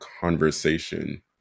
conversation